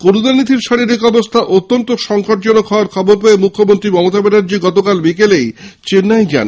করুণানিধির শারিরীক অবস্হা অত্যন্ত সঙ্কটজনক হওয়ার খবর পেয়ে মুখ্যমন্ত্রী মমতা ব্যানার্জী গতকাল বিকেলেই চেন্নাই যান